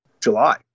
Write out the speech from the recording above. July